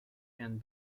and